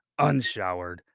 unshowered